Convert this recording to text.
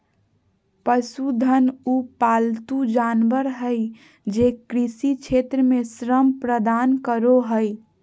पशुधन उ पालतू जानवर हइ जे कृषि क्षेत्र में श्रम प्रदान करो हइ